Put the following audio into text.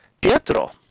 Pietro